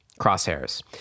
crosshairs